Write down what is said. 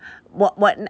我我